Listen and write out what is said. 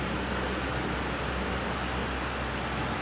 she gonna give any excuse just to eat kambing